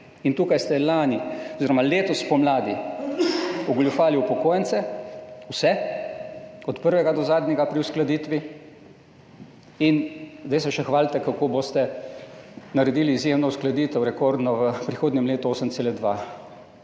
In tukaj ste lani oziroma letos spomladi ogoljufali vse upokojence, od prvega do zadnjega, pri uskladitvi, zdaj pa se še hvalite, kako boste naredili izjemno uskladitev, rekordno uskladitev v prihodnjem letu,